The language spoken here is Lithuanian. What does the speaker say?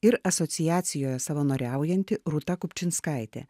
ir asociacijoje savanoriaujanti rūta kupčinskaitė